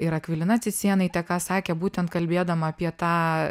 ir akvilina cicėnaitė ką sakė būtent kalbėdama apie tą